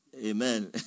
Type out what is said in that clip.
Amen